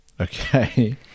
Okay